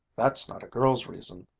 that's not a girl's reason.